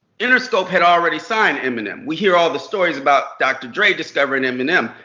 interscope had already signed eminem. we hear all the stories about dr dre discovering eminem.